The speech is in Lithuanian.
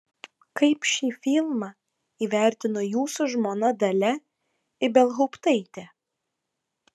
kaip šį filmą įvertino jūsų žmona dalia ibelhauptaitė